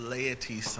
Laity